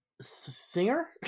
singer